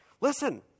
Listen